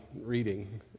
reading